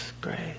grace